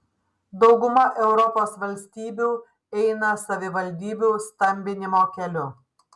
dauguma europos valstybių eina savivaldybių stambinimo keliu